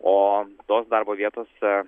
o tos darbo vietos